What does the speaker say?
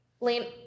lane